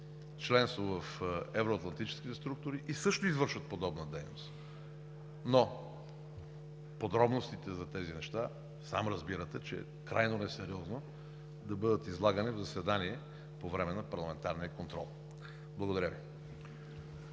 членство в евроатлантическите структури и също извършват подобна дейност. Но подробностите за тези неща сам разбирате, че е крайно несериозно да бъдат излагани в заседание по време на парламентарния контрол. Благодаря Ви.